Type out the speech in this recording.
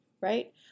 right